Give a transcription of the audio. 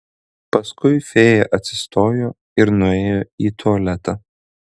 paskui fėja atsistojo ir nuėjo į tualetą